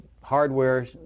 hardware